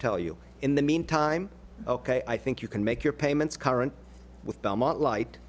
tell you in the mean time ok i think you can make your payments current with belmont light